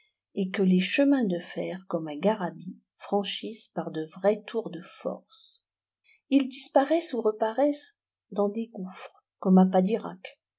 et que les chemins de fer comme à garabit franchissent par de vrais tours de force ils disparaissent ou reparaissent dans des gouftres comme à padirac